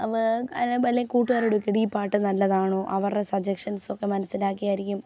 അല്ലെങ്കിൽ വല്ല കൂട്ടുകാരോട് ചോദിക്കുക എഡി പാട്ട് നല്ലതാണോ അവരുടെ സജഷൻസ് ഒക്കെ മനസ്സിലാക്കിയായിരിക്കും